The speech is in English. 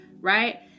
right